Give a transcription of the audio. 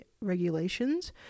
regulations